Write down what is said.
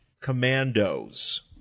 Commandos